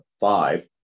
five